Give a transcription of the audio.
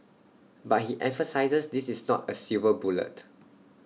but he emphasises this is not A silver bullet